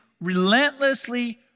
relentlessly